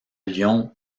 lion